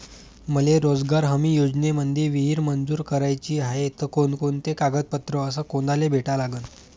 मले रोजगार हमी योजनेमंदी विहीर मंजूर कराची हाये त कोनकोनते कागदपत्र अस कोनाले भेटा लागन?